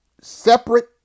separate